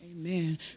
Amen